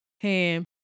Ham